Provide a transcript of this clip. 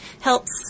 helps